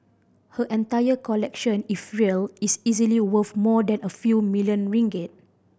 her entire collection if real is easily worth more than a few million ringgit